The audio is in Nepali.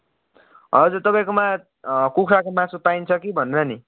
हजुर तपाईँकोमा कुखुराको मासु पाइन्छ कि भनेर नि